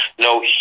no